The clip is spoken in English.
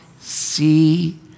see